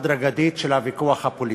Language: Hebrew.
הדרגתית של הוויכוח הפוליטי,